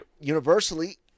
universally